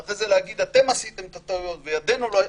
ואחרי זה להגיד: אתם עשיתם את הטעויות וידינו לא הייתה בדבר.